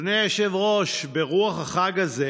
אדוני היושב-ראש, ברוח החג הזה